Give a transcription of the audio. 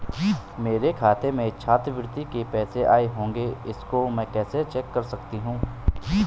मेरे खाते में छात्रवृत्ति के पैसे आए होंगे इसको मैं कैसे चेक कर सकती हूँ?